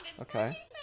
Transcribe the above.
Okay